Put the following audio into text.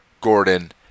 Gordon